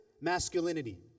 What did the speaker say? masculinity